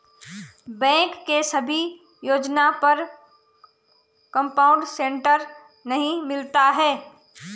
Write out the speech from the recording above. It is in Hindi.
बैंक के सभी योजना पर कंपाउड इन्टरेस्ट नहीं मिलता है